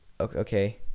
okay